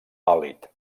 pàl·lid